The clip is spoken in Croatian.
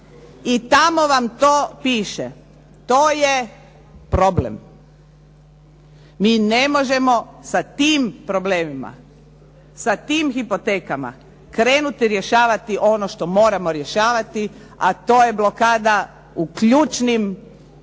i tamo vam to piše. To je problem. Mi ne možemo sa tim problemima, sa tim hipotekama krenuti rješavati ono što moramo rješavati, a to je blokada u ključnim